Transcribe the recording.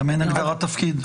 גם אין הגדרת תפקיד.